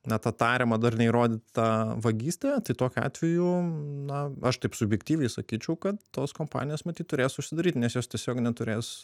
na tą tariamą dar neįrodytą vagystę tai tokiu atveju na aš taip subjektyviai sakyčiau kad tos kompanijos matyt turės užsidaryti nes jos tiesiog neturės